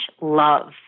love